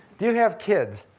do you have kids?